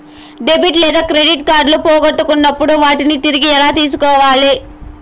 debit లేదా credit కార్డులు పోగొట్టుకున్నప్పుడు వాటిని తిరిగి ఎలా తీసుకోవాలి